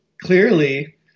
clearly